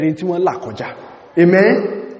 Amen